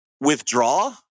withdraw